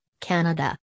Canada